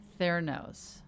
Theranos